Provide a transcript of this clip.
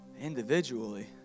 individually